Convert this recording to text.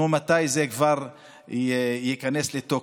שואלים מתי זה כבר ייכנס לתוקף.